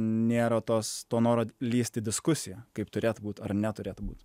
nėra tos to noro lįst į diskusiją kaip turėtų būt ar neturėtų būt